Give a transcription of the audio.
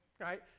Right